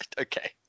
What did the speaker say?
Okay